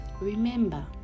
remember